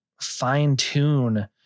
fine-tune